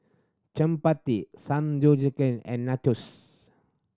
Chapati and Nachos